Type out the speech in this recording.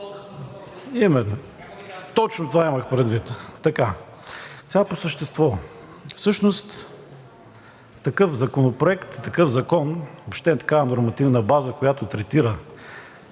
Именно. Точно това имах предвид. Сега по същество. Всъщност такъв законопроект, такъв закон, въобще такава нормативна база, която третира